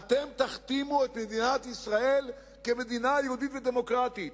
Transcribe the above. את מדינת ישראל כמדינה יהודית ודמוקרטית,